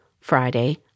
Friday